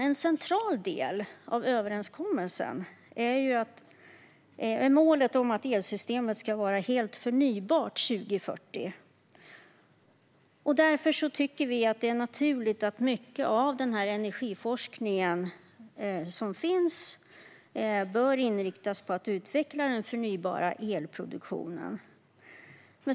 En central del av överenskommelsen är målet om att elsystemet ska vara helt förnybart 2040. Därför tycker vi att det är naturligt att mycket av den energiforskning som finns bör inriktas på att utveckla den förnybara elproduktionen.